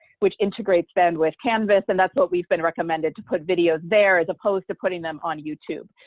which integrates then with canvas, and that's what we've been recommended to put videos there as opposed to putting them on youtube.